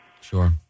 Sure